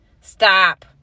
Stop